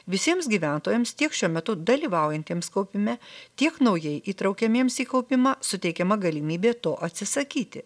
visiems gyventojams tiek šiuo metu dalyvaujantiems kaupime tiek naujai įtraukiamiems į kaupimą suteikiama galimybė to atsisakyti